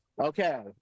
Okay